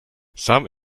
some